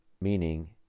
Meaning